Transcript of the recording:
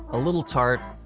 a little tart,